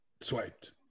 Swiped